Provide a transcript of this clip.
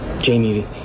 Jamie